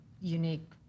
unique